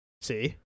See